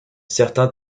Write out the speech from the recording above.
certains